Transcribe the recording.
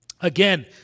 Again